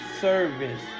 service